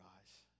eyes